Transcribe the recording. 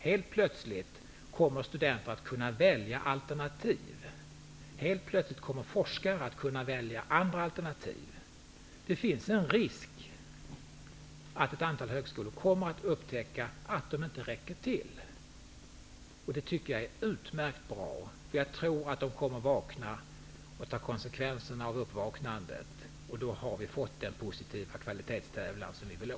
Helt plötsligt kommer studenter att kunna välja alternativ, helt plötsligt kommer forskarna att kunna välja andra alternativ. Det finns en risk att ett antal högskolor kommer att upptäcka att de inte räcker till. Det tycker jag är utmärkt bra. Jag tror att de kommer att vakna och ta konsekvenserna av uppvaknandet. Då har vi fått den positiva kvalitetstävlan som vi ville ha.